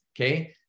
okay